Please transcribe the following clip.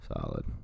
solid